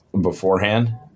beforehand